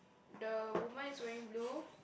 the woman is wearing blue